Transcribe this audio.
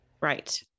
Right